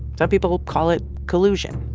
some people call it collusion.